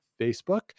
Facebook